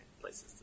places